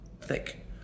thick